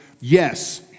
yes